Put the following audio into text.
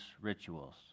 rituals